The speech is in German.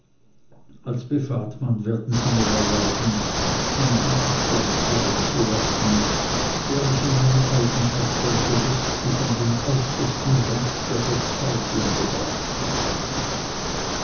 als privatmann werden sie mir erlauben einen gegenstand fallen zu lassen der mich in meiner eigenschaft als jurist bis an den äußersten rand der verzweiflung gebracht hat